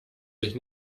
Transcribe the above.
sich